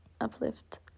uplift